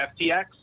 FTX